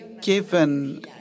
given